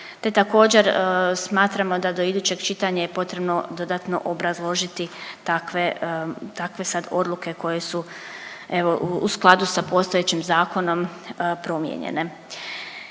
također smatramo da do idućeg čitanja je potrebno dodatno obrazložiti takve, takve sad odluke koje su evo u skladu sa postojećim zakonom promijenjene.